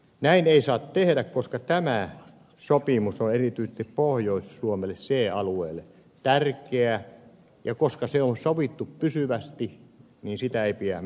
näin ei saa tehdä koska tämä sopimus on erityisesti pohjois suomelle c alueelle tärkeä ja koska se on sovittu pysyvästi sitä ei pidä mennä avaamaan